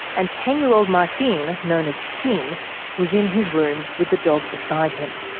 and ten year old martin known as tin' was in his room with the dog beside him.